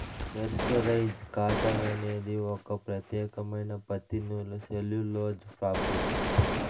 mercerised cotton అనేది ఒక ప్రత్యేకమైన పత్తి నూలు సెల్యులోజ్ ఫాబ్రిక్